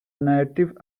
native